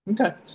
Okay